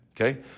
okay